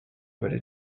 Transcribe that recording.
balai